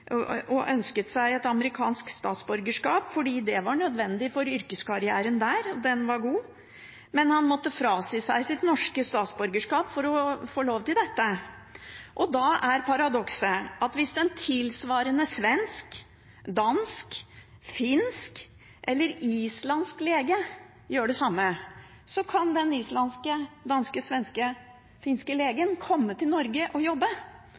ønsket seg et amerikansk statsborgerskap, fordi det var nødvendig for yrkeskarrieren der, og den var god. Men han måtte frasi seg sitt norske statsborgerskap for å få lov til dette. Da er paradokset at hvis en tilsvarende svensk, dansk, finsk eller islandsk lege gjør det samme, kan den islandske, danske, svenske eller finske legen komme til Norge og jobbe,